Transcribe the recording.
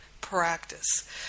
practice